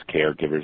caregivers